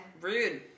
Rude